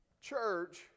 church